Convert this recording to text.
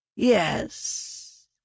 Yes